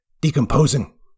decomposing